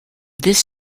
this